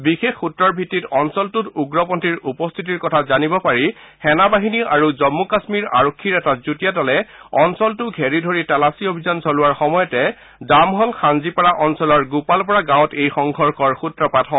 বিশেষ সুত্ৰৰ ভিত্তিত অঞ্চলটোত উগ্ৰপন্থীৰ উপস্থিতিৰ কথা জানিব পাৰি সেনাবাহিনী আৰু জম্মু কাশ্মীৰ আৰক্ষীৰ এটা যুটীয়া দলে অঞ্চলটো ঘেৰি ধৰি তালাচী অভিযান চলোৱাৰ সময়তে দামহল হনজীপাৰা অঞ্চলৰ গোপালপৰা গাঁৱত এই সংঘৰ্ষৰ সূত্ৰপাত হয়